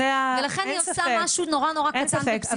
ולכן היא עושה משהו נורא נורא קטן בסיסי.